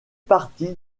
partie